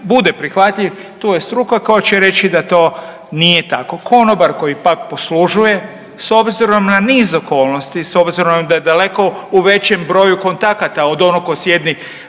bude prihvatljiv tu je struka koja će reći da to nije tako. Konobar koji pak poslužuje s obzirom na niz okolnosti, s obzirom da je daleko u većem broju kontakata od onog tko sjedi